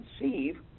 conceive